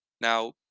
Now